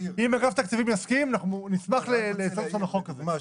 ואם אגף תקציבים יסכים אנחנו נשמח להוסיף אותן לחוק הזה.